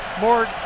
more